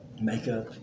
makeup